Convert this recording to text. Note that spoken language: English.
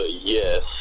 yes